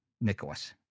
Nicholas